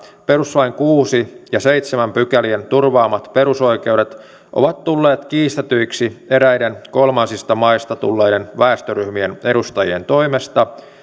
perustuslain pykälien kuusi ja seitsemän turvaamat perusoikeudet ovat tulleet kiistetyiksi eräiden kolmansista maista tulleiden väestöryhmien edustajien toimesta